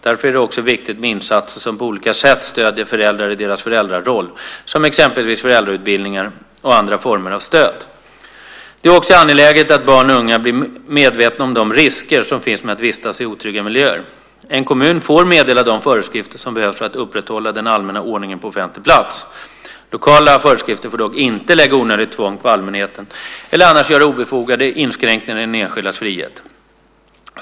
Därför är det också viktigt med insatser som på olika sätt stöder föräldrar i deras föräldraroll, exempelvis föräldrautbildningar och andra former av stöd. Det är också angeläget att barn och unga blir medvetna om de risker som finns med att vistas i otrygga miljöer. En kommun får meddela de föreskrifter som behövs för att upprätthålla den allmänna ordningen på offentlig plats. Lokala föreskrifter får dock inte lägga onödigt tvång på allmänheten eller annars göra obefogade inskränkningar i den enskildes frihet.